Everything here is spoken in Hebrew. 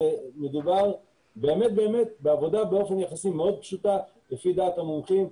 מדובר באמת בעבודה באופן יחסי מאוד פשוטה לפי דעת המומחים,